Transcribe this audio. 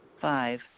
Five